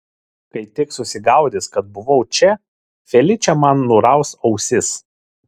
kai tik susigaudys kad buvau čia feličė man nuraus ausis